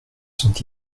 sont